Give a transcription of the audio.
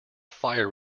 fire